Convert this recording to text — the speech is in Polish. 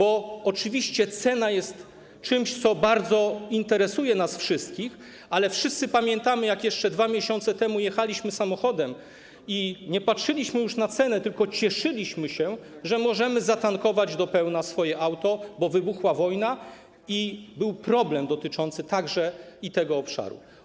Oczywiście cena jest czymś, co bardzo interesuje nas wszystkich, ale wszyscy pamiętamy, jak jeszcze 2 miesiące temu jechaliśmy samochodem i nie patrzyliśmy już na cenę, tylko cieszyliśmy się, że możemy zatankować do pełna swoje auto, bo wybuchła wojna i był problem dotyczący także tego obszaru.